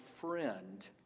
friend